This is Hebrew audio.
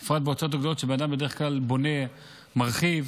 בפרט, באותם מקרים שבן אדם בונה, מרחיב,